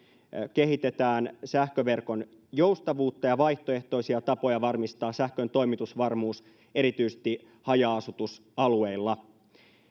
kehitetään sähköverkon joustavuutta ja vaihtoehtoisia tapoja varmistaa sähkön toimitusvarmuus erityisesti haja asutusalueilla